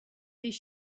this